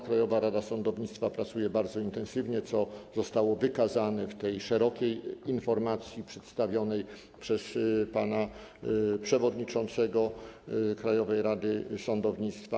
Krajowa Rada Sądownictwa pracuje bardzo intensywnie, co zostało wykazane w tej szerokiej informacji przedstawionej przez pana przewodniczącego Krajowej Rady Sądownictwa.